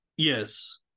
Yes